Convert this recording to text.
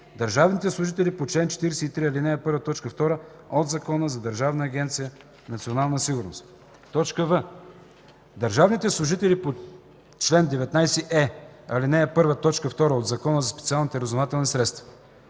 държавните служители по чл. 43, ал. 1, т. 2 от Закона за Държавна агенция „Национална сигурност”; в) държавните служители по чл. 19е, ал. 1, т. 2 от Закона за специалните разузнавателни средства.”